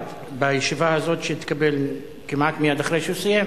בישיבה הזאת שהתקבל כמעט מייד אחרי שהוא סיים,